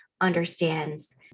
understands